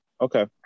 Okay